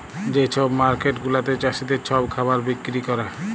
যে ছব মার্কেট গুলাতে চাষীদের ছব খাবার বিক্কিরি ক্যরে